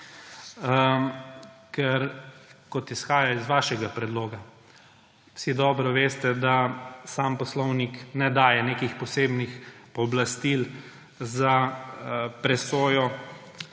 ker kot izhaja iz vašega predloga, vsi dobro veste, da sam poslovnik ne daje nekih posebnih pooblastil za presojo